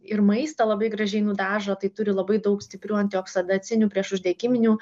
ir maistą labai gražiai nudažo tai turi labai daug stiprių antioksidacinių priešuždegiminių